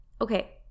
okay